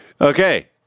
Okay